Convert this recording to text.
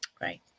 Right